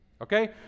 Okay